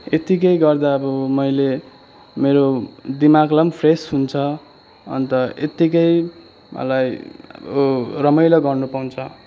एत्तिकै गर्दा अब मैले मेरो दिमागलाई पनि फ्रेस हुन्छ अन्त यतिकै मलाई अब रमाइलो गर्नु पाउँछ